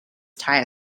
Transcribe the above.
tyre